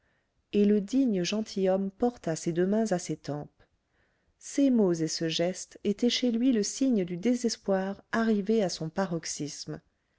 et le digne gentilhomme porta ses deux mains à ses tempes ces mots et ce geste étaient chez lui le signe du désespoir arrivé à son paroxysme